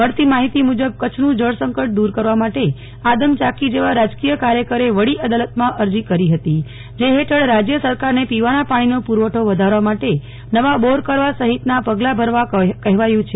અમારા પ્રતિનિધિ જણાવે છે કે કચ્છનું જળસંકટ દૂર કરવા માટે આદમ ચાકી જેવા રાજકીય કાર્યકરે વડી અદાલતમાં અરજી કરી હતી જે હેઠળ રાજય સરકારને પીવાના પાણીનો પુરવઠો વધારવા માટે નવા બોર કરવા સહિતના પગલા ભરવા કહેવાયુ છે